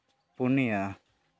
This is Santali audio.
ᱯᱩᱱᱭᱟᱹ